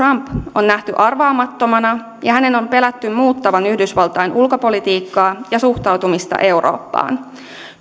on nähty arvaamattomana ja hänen on pelätty muuttavan yhdysvaltain ulkopolitiikkaa ja suhtautumista eurooppaan